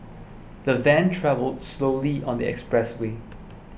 the van travelled slowly on the expressway